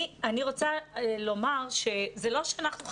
אני רוצה לומר שזה לא שאנחנו,